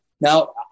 Now